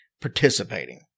participating